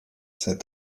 said